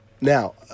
now